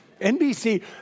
NBC